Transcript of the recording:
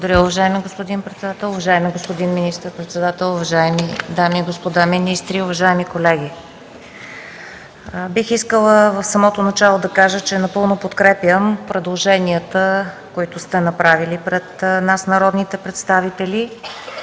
председател, уважаеми господин министър-председател, уважаеми дами и господа министри, уважаеми колеги! Бих искала в самото начало да кажа, че напълно подкрепям предложенията, които сте направили пред нас, народните представители